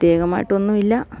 പ്രത്യേകമായിട്ടൊന്നുമില്ല